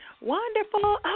Wonderful